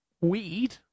Weed